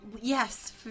Yes